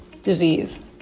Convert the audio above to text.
disease